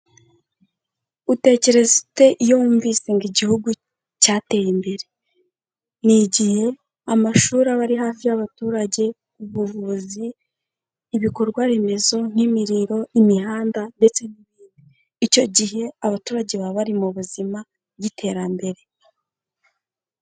Utekereza ute iyo wumvise ngo Igihugu cyateye imbere? Ni igihe amashuri aba ari hafi y'abaturage, ubuvuzi, ibikorwaremezo nk'imiriro, imihanda ndetse n'ibindi. Icyo gihe abaturage baba bari mu buzima bw'iterambere.